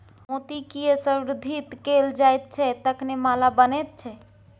मोतीकए संवर्धित कैल जाइत छै तखने माला बनैत छै